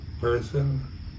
person